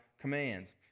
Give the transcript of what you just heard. commands